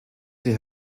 die